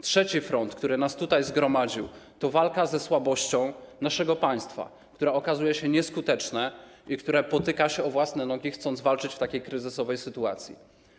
Trzeci front, który nas tutaj zgromadził, to walka ze słabością naszego państwa, które okazuje się nieskuteczne i które potyka się o własne nogi, chcąc walczyć w takiej kryzysowej sytuacji.